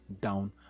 down